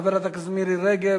חברת הכנסת מירי רגב.